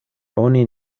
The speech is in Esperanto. oni